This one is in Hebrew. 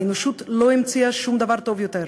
האנושות לא המציאה שום דבר טוב יותר.